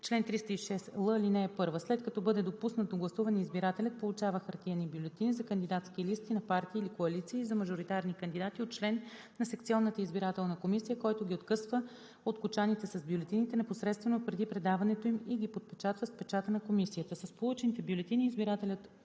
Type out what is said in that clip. Чл. 306л. (1) След като бъде допуснат до гласуване, избирателят получава хартиени бюлетини – за кандидатски листи на партии или коалиции и за мажоритарни кандидати от член на секционната избирателна комисия, който ги откъсва от кочаните с бюлетините непосредствено преди предаването им и ги подпечатва с печата на комисията. С получените бюлетини избирателят